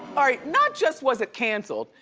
all right, not just was it canceled.